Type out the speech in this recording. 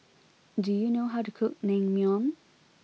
do you know how to cook Naengmyeon